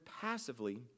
passively